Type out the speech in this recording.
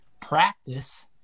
practice